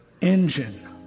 engine